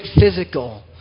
physical